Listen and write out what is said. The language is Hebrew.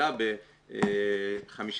ומפעילה ב-55